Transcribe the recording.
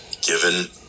given